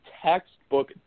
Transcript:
textbook